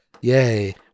yay